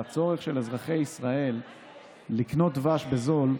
הצורך של אזרחי ישראל לקנות דבש בזול,